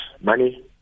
money